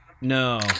No